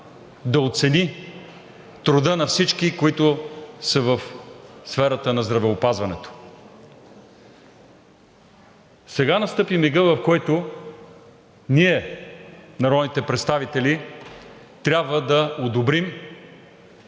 да оцени труда на всички, които са в сферата на здравеопазването. Сега настъпи мигът, в който ние, народните представители, трябва да одобрим